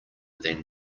than